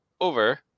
over